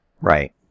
Right